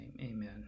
Amen